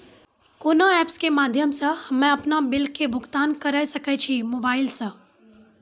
कोना ऐप्स के माध्यम से हम्मे अपन बिल के भुगतान करऽ सके छी मोबाइल से?